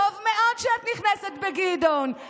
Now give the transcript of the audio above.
טוב מאוד שאת נכנסת בגדעון,